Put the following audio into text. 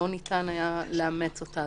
לא ניתן היה לאמץ אותה.